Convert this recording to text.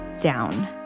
down